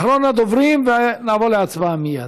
אחרון הדוברים, ונעבור להצבעה מייד.